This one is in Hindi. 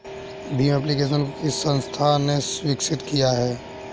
भीम एप्लिकेशन को किस संस्था ने विकसित किया है?